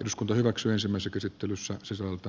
eduskunta hyväksyisimme sen käsittelyssä sisältää